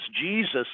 Jesus